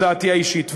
הודעתי האישית.